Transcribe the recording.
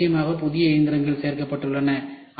இன்று நிச்சயமாக புதிய இயந்திரங்கள் சேர்க்கப்படுகின்றன